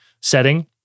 setting